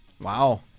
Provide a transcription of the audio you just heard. Wow